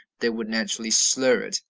they would naturally slur it,